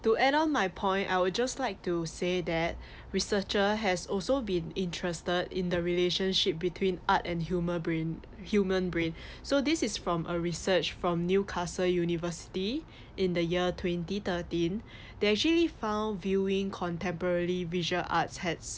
to add on my point I will just like to say that researcher has also been interested in the relationship between art and human brain human brain so this is from a research from newcastle university in the year twenty thirteen they actually found viewing contemporary visual arts had s~